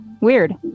Weird